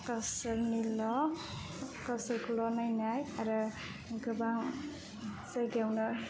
गावसोरनिल' गावसोरखौल' नायनाय आरो गोबां जायगायावनो